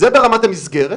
זה ברמת המסגרת.